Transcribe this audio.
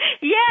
Yes